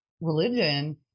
religion